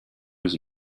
his